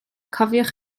cofiwch